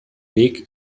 weg